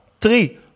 three